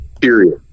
period